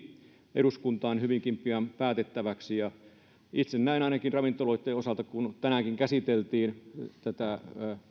eduskuntaan hyvinkin pian päätettäväksi itse näen ainakin ravintoloitten osalta kun tänäänkin käsiteltiin näitä